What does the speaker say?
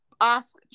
ask